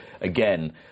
Again